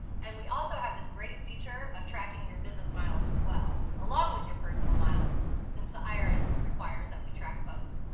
and we also have this great feature of tracking your business miles as well along with your personal miles, since the irs requires that we track both.